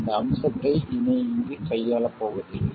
அந்த அம்சத்தை இனி இங்கு கையாளப்போவதில்லை